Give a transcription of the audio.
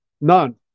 None